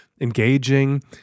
engaging